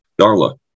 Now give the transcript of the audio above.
Darla